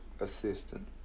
assistant